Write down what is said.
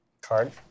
Card